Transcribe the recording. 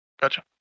gotcha